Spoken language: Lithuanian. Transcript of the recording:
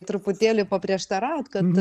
truputėlį paprieštaraut kad